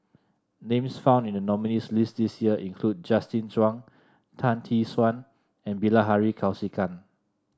names found in the nominees' list this year include Justin Zhuang Tan Tee Suan and Bilahari Kausikan